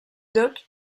doc